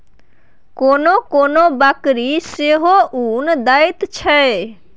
कोनो कोनो बकरी सेहो उन दैत छै